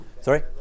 Sorry